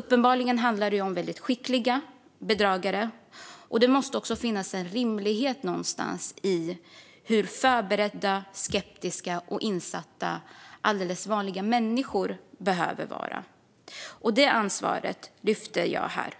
Uppenbarligen handlar det om väldigt skickliga bedragare, och det måste finnas en rimlighet i hur förberedda, skeptiska och insatta alldeles vanliga människor behöver vara. Det ansvaret lyfter jag här.